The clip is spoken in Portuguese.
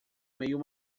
meio